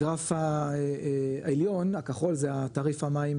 הגרף העליון הכחול, זה תעריף המים